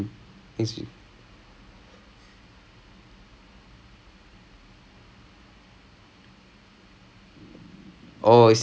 that's the thing indoor cricket I don't outdoor cricket I would get paid indoor cricket you you don't get paid so this is a purely self இது:ithu